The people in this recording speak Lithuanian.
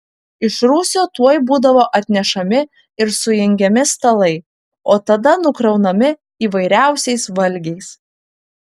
iš rūsio tuoj būdavo atnešami ir sujungiami stalai o tada nukraunami įvairiausiais valgiais